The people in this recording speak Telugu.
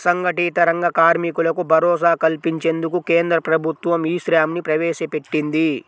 అసంఘటిత రంగ కార్మికులకు భరోసా కల్పించేందుకు కేంద్ర ప్రభుత్వం ఈ శ్రమ్ ని ప్రవేశపెట్టింది